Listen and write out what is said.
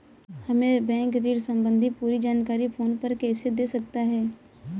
हमें बैंक ऋण संबंधी पूरी जानकारी फोन पर कैसे दे सकता है?